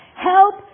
Help